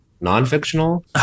non-fictional